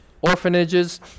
orphanages